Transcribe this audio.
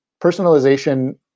personalization